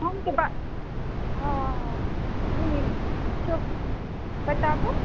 हम तऽ हँ ठीक बताबू